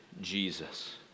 jesus